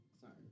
Sorry